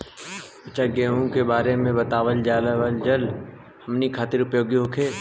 अच्छा गेहूँ के बारे में बतावल जाजवन हमनी ख़ातिर उपयोगी होखे?